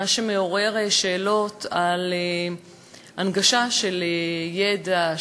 מה שמעורר שאלות על הנגשה של ידע,